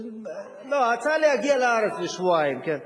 לא, הצעה להגיע לארץ לשבועיים, כן.